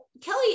Kelly